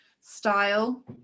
style